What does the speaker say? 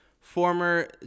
former